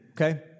okay